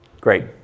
Great